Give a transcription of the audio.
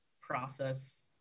process